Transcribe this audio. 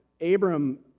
Abram